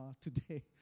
today